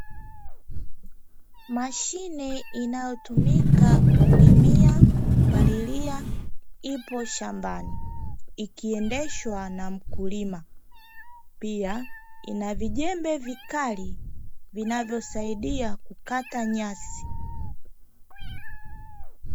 Mashine inayotumika kulimia, kupalilia ipo shambani ikiendeshwa na mkulima. Pia ina vijembe vikali, vinavyosaidia kukata nyasi.